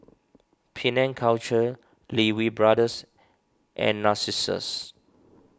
Penang Culture Lee Wee Brothers and Narcissus